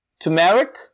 Turmeric